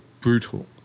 brutal